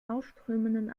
ausströmenden